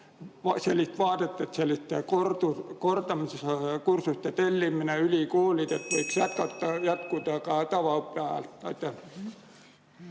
sellist vaadet, et selliste kordamiskursuste tellimine ülikoolidelt võiks jätkuda ka tavaõppe